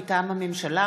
מטעם הממשלה: